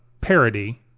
parody